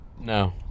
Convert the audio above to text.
No